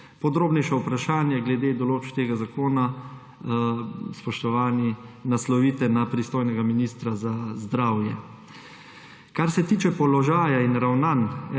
Podrobnejša vprašanja glede določb tega zakona, spoštovani, naslovite na pristojnega ministra za zdravje. Kar se tiče položaja in ravnanj